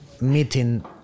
meeting